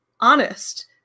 honest